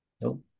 No